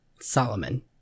Solomon